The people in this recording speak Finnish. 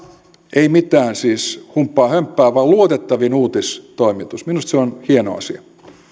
ei mitään humppaa hömppää vaan luotettavin uutistoimitus minusta se on hieno asia